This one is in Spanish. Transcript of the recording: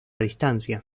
distancia